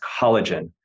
collagen